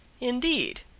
Indeed